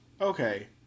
Okay